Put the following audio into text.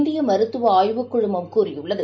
இந்தியமருத்துவ ஆய்வுக் கழகம் கூறியுள்ளது